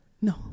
No